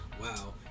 Wow